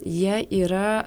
jie yra